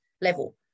level